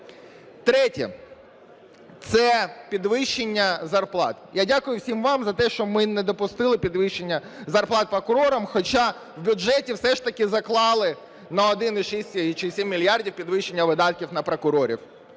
Третє. Це підвищення зарплат. Я дякую всім вам за те, що ми не допустили підвищення зарплат прокурорам, хоча в бюджеті все ж таки заклали на 1,6 чи 1,7 мільярда підвищення видатків на прокурорів.